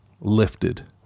lifted